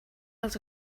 els